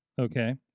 okay